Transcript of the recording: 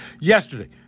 yesterday